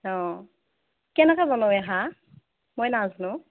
অ' কেনেকৈ বনাই হাঁহ মই নাজানোঁ